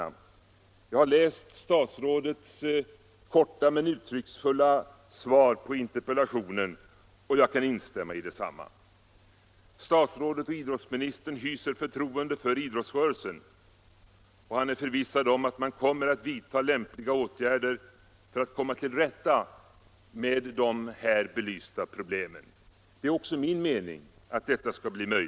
Jag har läst statsrådets korta men uttrycksfulla svar på interpellationen, och jag kan instämma i detsamma. Statsrådet, vår idrottsminister, hyser förtroende för idrottsrörelsen, och han är förvissad om att man där skall vidta lämpliga åtgärder för att komma till rätta med de här belysta problemen. Det är också min mening.